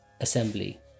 assembly